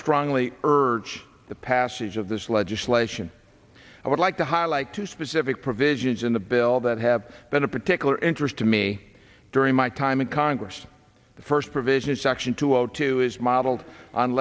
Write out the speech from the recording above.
strongly urge the passage of this legislation i would like to highlight two specific provisions in the bill that have been a particular interest to me during my time in congress the first provision in section two zero two is modeled on